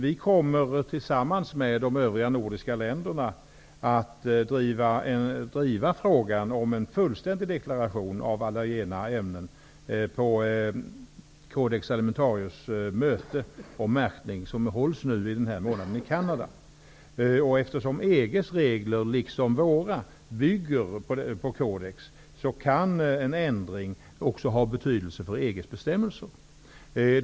Vi kommer tillsammans med de övriga nordiska länderna att driva frågan om en fullständig deklaration av allergena ämnen på det möte med Eftersom EG:s regler liksom våra bygger på Codex Alimentarius, kan en ändring ha betydelse också för EG:s bestämmelser.